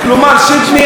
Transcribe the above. כלומר: שדמי,